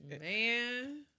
Man